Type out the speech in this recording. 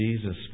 Jesus